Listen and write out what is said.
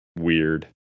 weird